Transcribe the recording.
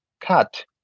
cut